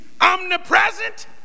omnipresent